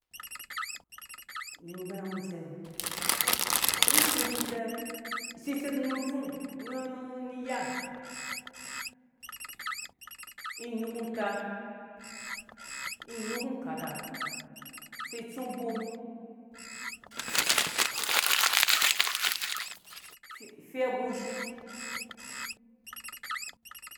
Ngge mi bgɛrawhĩ cɛ iseisum cɛ si seinsung nu pfung nu iya inukũ uta inukũ kata sei tsũ bɔm fe agushi.